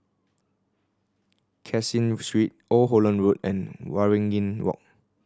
Caseen Street Old Holland Road and Waringin Walk